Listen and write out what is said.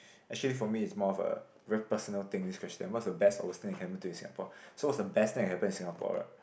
actually for me is more of a very personal thing this question what's the best or worst thing that can happen to you in Singapore so what's the best thing that can happen in Singapore